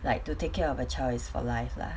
like to take care of a child is for life lah